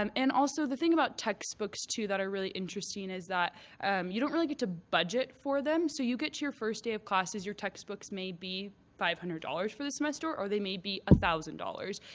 um and also, the thing about textbooks, too, that are really interesting is that you don't really get to budget for them. so you get your first day of classes, your textbooks may be five hundred dollars for the semester or they may be one thousand dollars.